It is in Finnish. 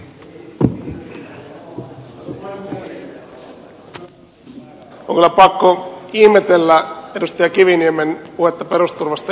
on kyllä pakko ihmetellä edustaja kiviniemen puhetta perusturvasta edelleenkin